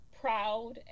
proud